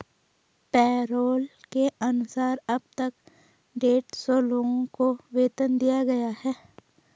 payroll के अनुसार अब तक डेढ़ सौ लोगों को वेतन दिया गया है